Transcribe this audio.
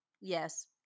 yes